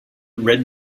red